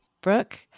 Brooke